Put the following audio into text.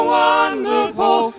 wonderful